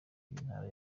ntara